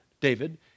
David